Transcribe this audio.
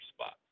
spot